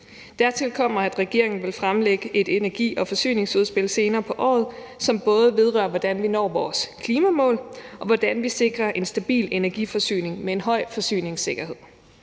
Dertil kommer, at regeringen vil fremlægge et energi- og forsyningsudspil senere på året, som både vedrører, hvordan vi når vores klimamål, og hvordan vi sikrer en stabil energiforsyning med en høj forsyningssikkerhed.